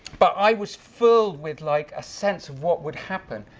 but i was filled with, like, a sense of what would happen.